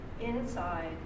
inside